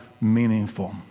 meaningful